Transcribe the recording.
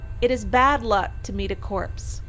it is bad luck to meet a corpse.